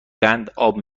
قنداب